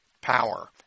power